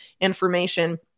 information